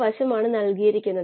എന്താണ് നൽകിയിരിക്കുന്നത്